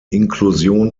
inklusion